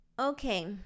Okay